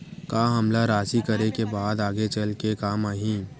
का हमला राशि करे के बाद आगे चल के काम आही?